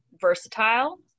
versatile